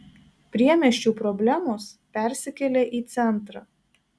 priemiesčių problemos persikelia į centrą